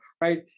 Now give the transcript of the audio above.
right